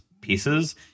pieces